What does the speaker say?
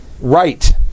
Right